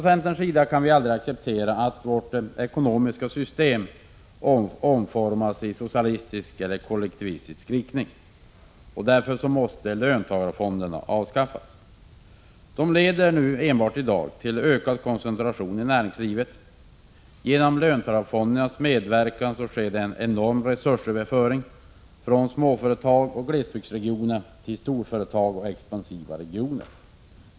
Centern kan aldrig acceptera att vårt ekonomiska system omformas i socialistisk eller kollektivistisk riktning. Därför måste löntagarfonderna avskaffas. De leder nu enbart till ökad koncentration i näringslivet. Genom löntagarfondernas medverkan sker det en enorm resursöverföring från småföretag och glesbygdsregioner till storföretag och expansiva regioner.